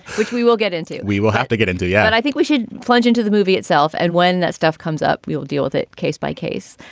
which we will get into it. we will have to get into yeah. and i think we should plunge into the movie itself. and when that stuff comes up, we'll deal with it. case by case,